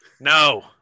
no